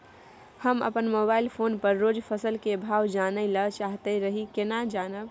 हम अपन mobile phone पर रोज फसल के भाव जानय ल चाहैत रही केना जानब?